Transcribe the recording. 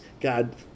God